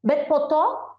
bet po to